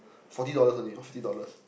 forty dollars only forty dollars